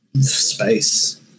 Space